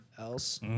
else